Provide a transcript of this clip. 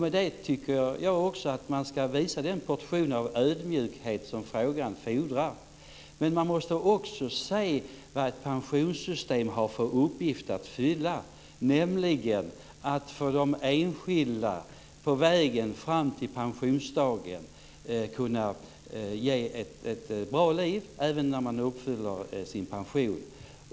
Med det tycker jag att man ska visa den portion av ödmjukhet som frågan fordrar. Men man måste också se vad ett pensionssystem har för uppgift att fylla. Det ska för de enskilda på vägen fram till pensionsdagen ge ett bra liv även när man uppfyller sin pension.